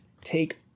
take